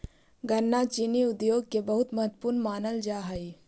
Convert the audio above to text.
गन्ना चीनी उद्योग के लिए बहुत महत्वपूर्ण मानल जा हई